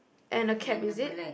and a cap is it